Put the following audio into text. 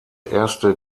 erste